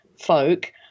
folk